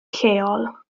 lleol